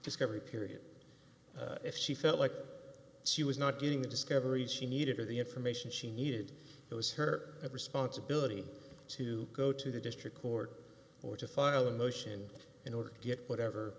discovery period if she felt like she was not getting the discovery she needed or the information she needed it was her of responsibility to go to the district court or to file a motion in order to get whatever